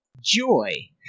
Joy